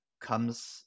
comes